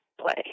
play